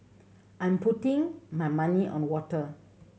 I'm putting my money on water